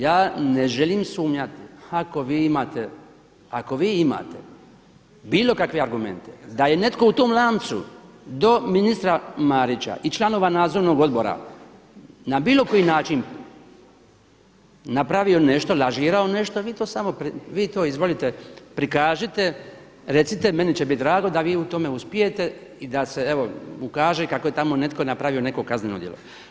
Ja ne želim sumnjati ako vi imate bilo kakve argumente da je netko u tom lancu do ministra Marića i članova nadzornog odbora na bilo koji način napravio nešto, lažirao nešto vi to izvolite prikažite, recite, meni će biti drago da vi u tome uspijete i da se evo ukaže kako je tamo netko napravio neko kazneno djelo.